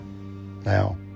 Now